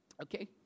Okay